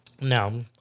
No